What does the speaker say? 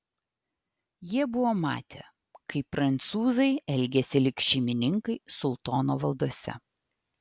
jie buvo matę kaip prancūzai elgiasi lyg šeimininkai sultono valdose